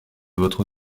votre